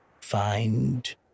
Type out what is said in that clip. find